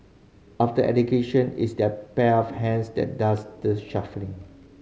after education is that pair of hands that does the shuffling